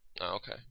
Okay